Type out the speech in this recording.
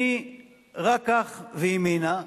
מרק"ח וימינה,